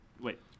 Wait